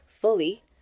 fully